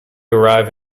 arrive